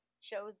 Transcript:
shows